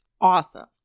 Awesome